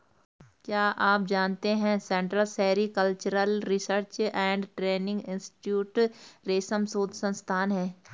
क्या आप जानते है central sericultural research and training institute रेशम शोध संस्थान है?